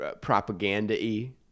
propaganda-y